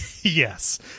Yes